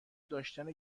داشتن